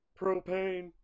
propane